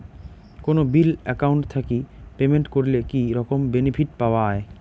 কোনো bill account থাকি payment করলে কি রকম বেনিফিট পাওয়া য়ায়?